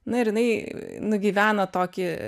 na ir jinai nugyveno tokį